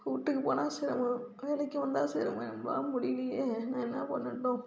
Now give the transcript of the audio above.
வீட்டுக்கு போனால் சிரமம் வேலைக்கு வந்தால் சிரமம் நம்பளால் முடியிலையே நான் என்ன பண்ணட்டும்